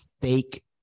fake